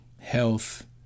health